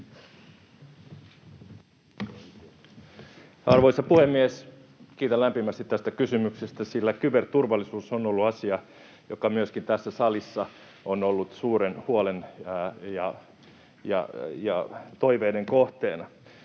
Arvoisa puhemies! Kiitän lämpimästi tästä kysymyksestä, sillä kyberturvallisuus on ollut asia, joka myöskin tässä salissa on ollut suuren huolen ja toiveiden kohteena.